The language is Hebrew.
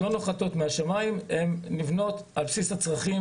לא נוחתות מהשמיים אלא נבנות על בסיס הצרכים